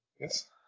Yes